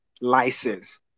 license